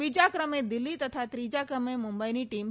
બીજા ક્રમે દિલ્હી તથા ત્રીજા ક્રમે મુંબઈની ટીમ છે